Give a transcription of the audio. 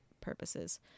purposes